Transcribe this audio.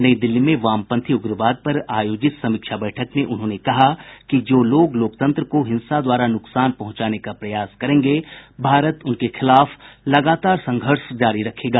नई दिल्ली में वामपंथी उग्रवाद पर आयोजित समीक्षा बैठक में उन्होंने कहा कि जो लोग लोकतंत्र को हिंसा द्वारा नुकसान पहुंचाने का प्रयास करेंगे भारत उनके खिलाफ लगातार संघर्ष जारी रखेगा